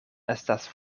estas